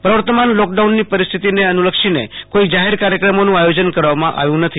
પ્રવર્તમાન લોકડાઉનની પરિસ્થિતોને અનુલક્ષીને કોઈ જાહેર કાર્યક્રમોનું આયોજન કરવામાં આવ્ય નથી